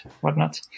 whatnot